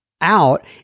out